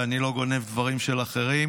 ואני לא גונב דברים של אחרים,